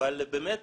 אבל באמת